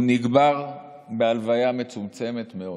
הוא נקבר בהלוויה מצומצמת מאוד